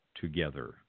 together